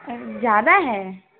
ज़्यादा है